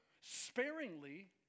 sparingly